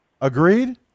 Agreed